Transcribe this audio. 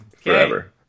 forever